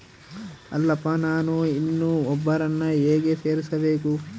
ಅಲ್ಲಪ್ಪ ನಾನು ಇನ್ನೂ ಒಬ್ಬರನ್ನ ಹೇಗೆ ಸೇರಿಸಬೇಕು?